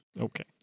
Okay